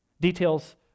Details